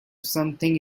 something